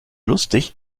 lustig